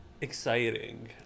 exciting